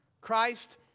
Christ